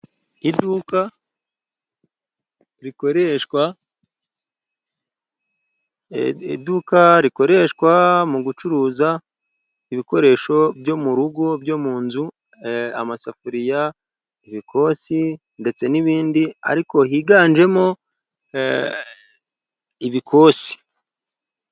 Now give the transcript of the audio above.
Iduka rikoreshwa iduka rikoreshwa mu gucuruza ibikoresho byo mu rugo byo mu nzu amasafuriya, ibikombe ndetse n'ibindi ariko higanjemo ibikombe.